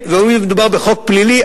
הואיל ומדובר בחוק פלילי,